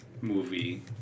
Movie